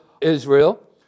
Israel